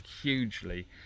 hugely